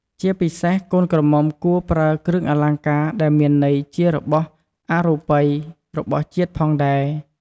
ជាពិសេសកូនក្រមុំគួរប្រើគ្រឿងអលង្ការដែលមានន័យជារបស់អរូបីរបស់ជាតិផងដែរ។